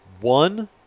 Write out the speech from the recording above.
one